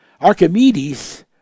Archimedes